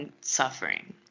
suffering